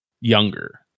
younger